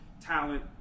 talent